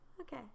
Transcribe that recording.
Okay